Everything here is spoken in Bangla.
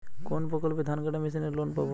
কোন প্রকল্পে ধানকাটা মেশিনের লোন পাব?